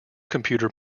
computer